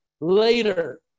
later